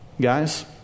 Guys